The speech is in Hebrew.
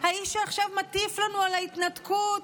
האיש שעכשיו מטיף לנו על ההתנתקות,